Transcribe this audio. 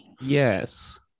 yes